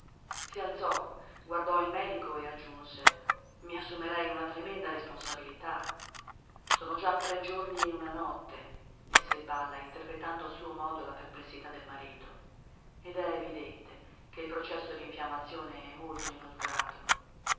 si alzò guardò il medico e aggiunse i assumerei una tremenda responsabilità sono già tre giorni e una notte disse il balla interpretando a suo modo la perplessità del marito ed è evidente che il processo di infiammazione è molto inoltrato